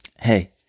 Hey